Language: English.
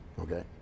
Okay